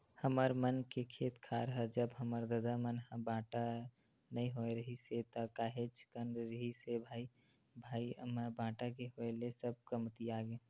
हमर मन के खेत खार ह जब हमर ददा मन ह बाटा नइ होय रिहिस हे ता काहेच कन रिहिस हे भाई भाई म बाटा के होय ले सब कमतियागे